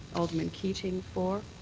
alderman keating for.